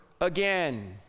again